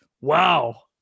wow